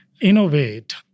innovate